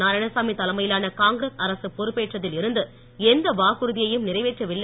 நாராயணசாமி தலைமையிலான காங்கிரஸ் அரசு பொறுப்பேற்றதில் இருந்து எந்த வாக்குறுதியையும் நிறைவேற்றவில்லை